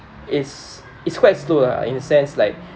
is is quite slow lah in a sense like